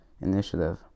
initiative